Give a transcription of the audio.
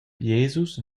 jesus